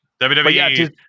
WWE